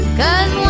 cause